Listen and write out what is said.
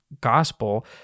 gospel